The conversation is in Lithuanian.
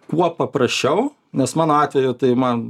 kuo paprasčiau nes mano atveju tai man